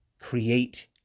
create